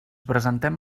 presentem